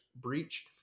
breach